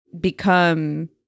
become